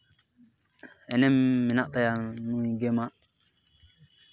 ᱮᱱᱮᱢ ᱢᱮᱱᱟᱜ ᱛᱟᱭᱟ ᱜᱮᱢ ᱟᱜ